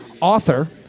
author